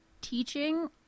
teaching